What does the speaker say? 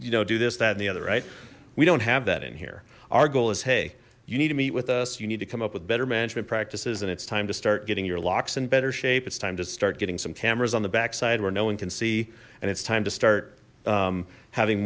you know do this that and the other right we don't have that in here our goal is hey you need to meet with us you need to come up with better management practices and it's time to start getting your locks in better shape it's time to start getting some cameras on the backside where no one can see and it's time to start having